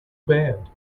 bad